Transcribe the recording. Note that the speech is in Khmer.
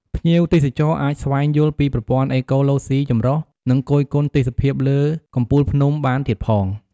ភ្ញៀវទេសចរអាចស្វែងយល់ពីប្រព័ន្ធអេកូឡូស៊ីចម្រុះ និងគយគន់ទេសភាពពីលើកំពូលភ្នំបានទៀតផង។